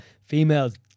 females